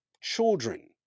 children